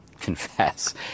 confess